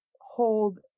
hold